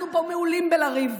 אנחנו פה מעולים בלריב.